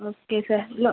okay sir லொ